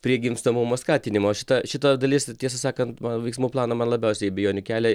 prie gimstamumo skatinimo šita šita dalis tiesą sakant man veiksmų plano man labiausiai abejonių kelia